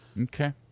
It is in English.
Okay